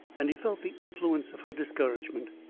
and he felt the influence of her discouragement.